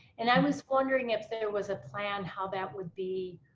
and i was wondering if there was a plan, how that would be